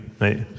Right